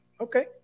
Okay